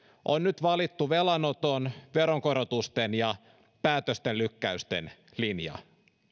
on nyt valittu velanoton veronkorotusten ja päätösten lykkäysten linja